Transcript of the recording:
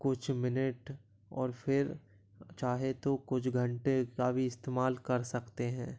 कुछ मिनट और फ़िर चाहे तो कुछ घंटे का भी इस्तमाल कर सकते हैं